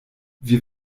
wir